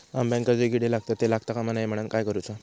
अंब्यांका जो किडे लागतत ते लागता कमा नये म्हनाण काय करूचा?